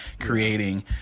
creating